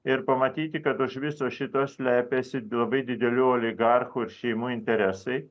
ir pamatyti kad už viso šito slepiasi du labai dideli oligarchų ar šeimų interesai